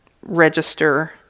register